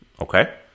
Okay